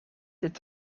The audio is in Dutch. het